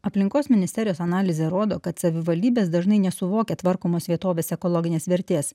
aplinkos ministerijos analizė rodo kad savivaldybės dažnai nesuvokia tvarkomos vietovės ekologinės vertės